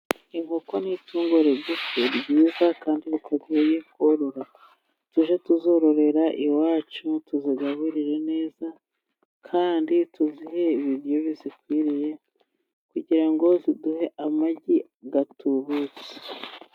Inkoko ni itungo rigufi, ryiza, kandi ritagoye kororoka. Tujye tuzororera iwacu tuzigaburire neza, kandi tuzihe ibiryo bizikwiriye, kugira ngo ziduhe amagi atubutse.